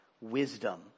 wisdom